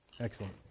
excellent